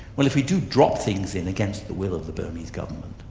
well if we do drop things in against the will of the burmese government,